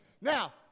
Now